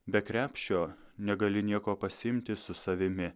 be krepšio negali nieko pasiimti su savimi